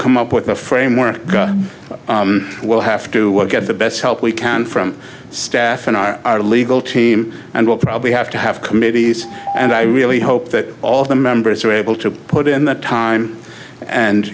come up with a framework we'll have to work at the best help we can from staff and i are our legal team and will probably have to have committees and i really hope that all the members are able to put in the time and